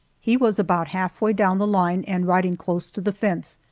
he was about halfway down the line and riding close to the fence,